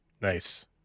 Nice